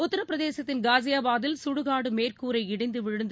உத்தரபிரதேசத்தின் காஸியாபாதில் சுடுகாடு மேற்கூரை இடிந்து விழுந்து